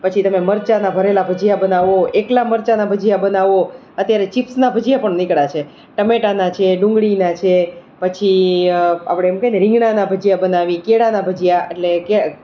પછી તમે મરચાના ભરેલા ભજીયા બનાવો એકલા મરચાના ભજીયા બનાવો અત્યારે ચિપ્સના ભજીયા પણ નીકળ્યા છે ટમેટાંના છે ડુંગળીના છે પછી આપણે એ કહીએ ને રિંગણાના ભજીયા બનાવીએ કેળાના ભજીયા એટલે કે